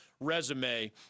resume